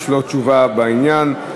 יש לו תשובה בעניין.